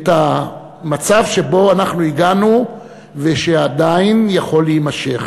המצב שאנחנו הגענו אליו ושעדיין יכול להימשך,